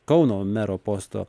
kauno mero posto